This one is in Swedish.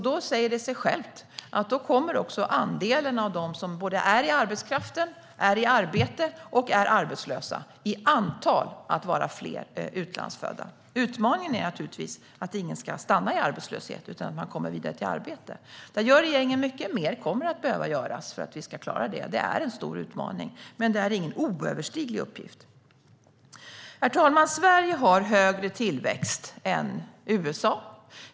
Då säger det sig självt att också andelen av dem som är i arbetskraft, i arbete och arbetslösa i antal kommer att vara fler utlandsfödda. Utmaningen är naturligtvis att ingen ska stanna i arbetslöshet, utan att man kommer vidare till arbete. Regeringen gör mycket, och mer kommer att behöva göras för att vi ska klara detta. Det är en stor utmaning, men det är ingen oöverstiglig uppgift. Herr talman! Sverige har högre tillväxt än USA.